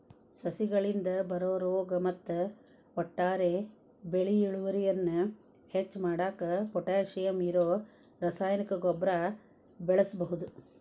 ಸಸಿಗಳಿಗೆ ಬರೋ ರೋಗ ಮತ್ತ ಒಟ್ಟಾರೆ ಬೆಳಿ ಇಳುವರಿಯನ್ನ ಹೆಚ್ಚ್ ಮಾಡಾಕ ಪೊಟ್ಯಾಶಿಯಂ ಇರೋ ರಾಸಾಯನಿಕ ಗೊಬ್ಬರ ಬಳಸ್ಬಹುದು